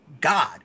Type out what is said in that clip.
God